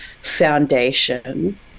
foundation